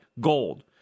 gold